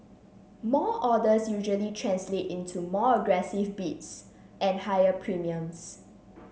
more orders usually translate into more aggressive bids and higher premiums